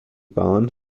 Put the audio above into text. bahn